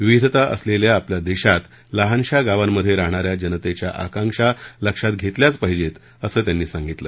विविधता असलेल्या आपल्या देशात लहानशा गावांमध्ये राहणाऱ्या जनतेच्या आकांक्षा लक्षात घेतल्याच पाहिजेत असं त्यांनी सांगितलं